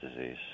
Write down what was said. disease